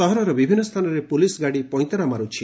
ସହରର ବିଭିନୁ ସ୍ରାନରେ ପୁଲିସ ଗାଡି ପଇଁତରା ମାରୁଛି